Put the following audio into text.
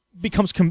becomes